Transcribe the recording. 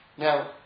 Now